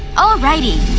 alrighty.